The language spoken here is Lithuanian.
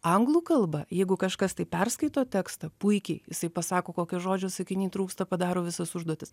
anglų kalba jeigu kažkas tai perskaito tekstą puikiai jisai pasako kokio žodžio sakiny trūksta padaro visas užduotis